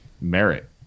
merit